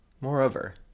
Moreover